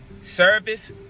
Service